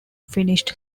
finished